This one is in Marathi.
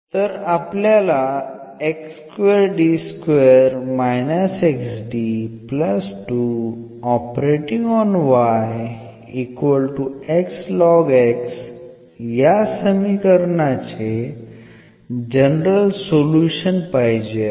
तर आपल्याला या समीकरणाचे जनरल सोल्युशन पाहिजे आहे